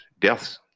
deaths